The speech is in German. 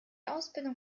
ausbildung